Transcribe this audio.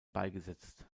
beigesetzt